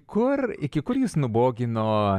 kur iki kur jus nubogino